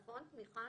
נכון, מיכל?